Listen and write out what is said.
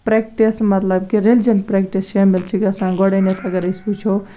practice مطلب کہِ religion practice شٲمِل چھِ گژھان گۄڈٕنیٚتھ اَگر أسۍ وُچھو